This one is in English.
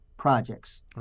projects